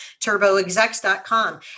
turboexecs.com